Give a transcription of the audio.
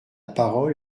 parole